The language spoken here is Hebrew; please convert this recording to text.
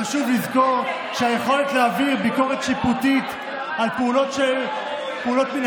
חשוב לזכור שהיכולת להעביר ביקורת שיפוטית על פעולות מינהליות,